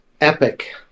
Epic